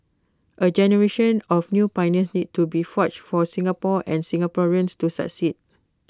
A generation of new pioneers needs to be forged for Singapore and Singaporeans to succeed